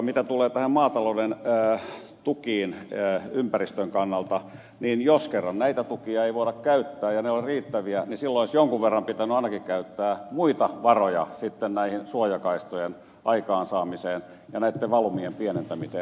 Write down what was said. mitä tulee näihin maatalouden tukiin ympäristön kannalta niin jos kerran näitä tukia ei voida käyttää ja ne ovat riittäviä silloin olisi jonkun verran pitänyt ainakin käyttää muita varoja sitten näitten suojakaistojen aikaansaamiseen ja näitten valumien pienentämiseen